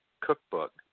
cookbook